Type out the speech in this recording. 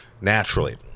naturally